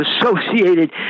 associated